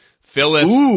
Phyllis